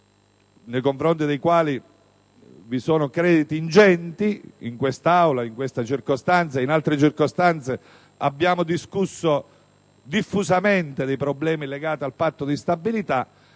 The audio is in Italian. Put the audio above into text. nei confronti dei quali vi sono crediti ingenti (in questa e in altre circostanze in quest'Aula abbiamo discusso diffusamente dei problemi legati al patto di stabilità),